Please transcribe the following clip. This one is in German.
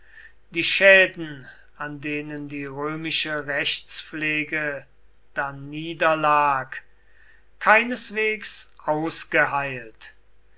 die schäden an denen die römische rechtspflege daniederlag keineswegs ausgeheilt